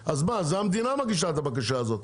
המדינה מגישה את הבקשה הזאת,